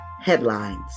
headlines